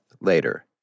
later